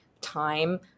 time